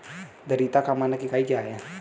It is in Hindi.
धारिता का मानक इकाई क्या है?